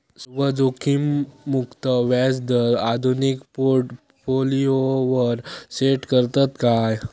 सर्व जोखीममुक्त व्याजदर आधुनिक पोर्टफोलियोवर सेट करतत काय?